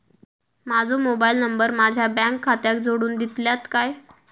माजो mobile number माझ्या bank खात्याक जोडून दितल्यात काय?